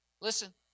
Listen